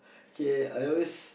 okay I always